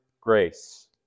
grace